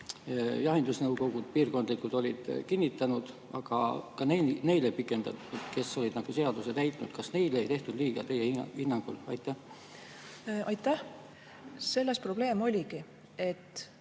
Jahindusnõukogud, piirkondlikud, olid kinnitanud, aga ka neil ei pikendatud, kes olid seadust täitnud. Kas neile ei tehtud liiga teie hinnangul? Aitäh! Selles probleem oligi, et